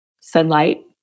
sunlight